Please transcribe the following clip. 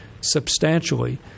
substantially